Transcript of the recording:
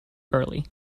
early